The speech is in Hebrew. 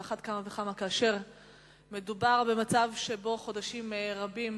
על אחת כמה וכמה כאשר מדובר במצב שבו חודשים רבים